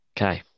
okay